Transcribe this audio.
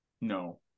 No